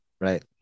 Right